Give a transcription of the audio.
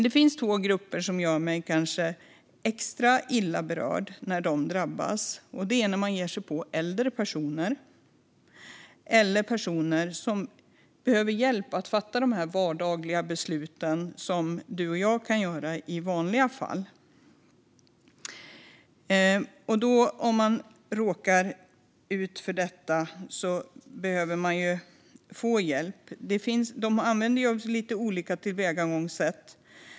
Det finns dock två grupper som, när de drabbas, gör mig extra illa berörd. Det är när man ger sig på äldre personer eller personer som behöver hjälp att fatta de här vardagliga besluten som du och jag kan göra i vanliga fall. Om man råkar ut för detta behöver man få hjälp. De använder sig av lite olika tillvägagångssätt.